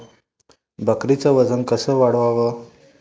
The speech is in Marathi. बकरीचं वजन कस वाढवाव?